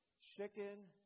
chicken